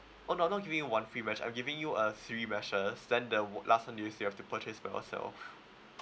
oh no I'm not giving you one free mesh I'm giving you uh three meshes then the last one the you still have to purchase for yourself